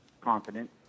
confident